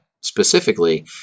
specifically